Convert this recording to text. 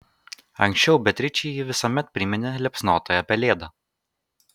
anksčiau beatričei ji visuomet priminė liepsnotąją pelėdą